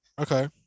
okay